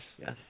Yes